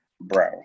bro